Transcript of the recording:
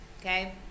Okay